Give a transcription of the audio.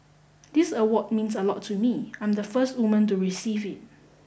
this award means a lot to me I'm the first woman to receive it